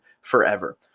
forever